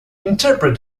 interpret